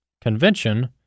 Convention